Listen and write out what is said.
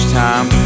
time